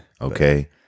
Okay